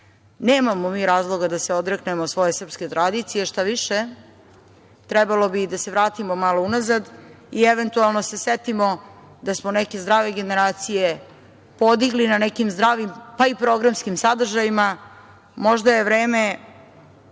mi razloga da se odreknemo svoje srpske tradicije, štaviše, trebalo bi da se vratimo malo unazad i eventualno se setimo da smo neke zdrave generacije podigli na nekim zdravim, pa i programskim sadržajima. Možda je vreme